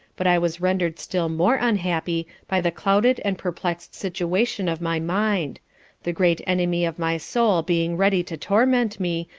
but i was render'd still more unhappy by the clouded and perplex'd situation of my mind the great enemy of my soul being ready to torment me,